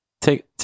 Take